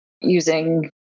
using